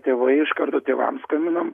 tėvai iš karto tėvams skambinam